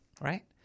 right